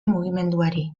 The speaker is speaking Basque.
mugimenduari